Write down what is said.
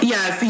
Yes